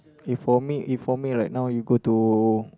if for me if for me right now you go to